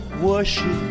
worship